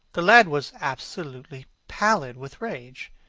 the lad was actually pallid with rage.